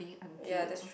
cleaning aunty you know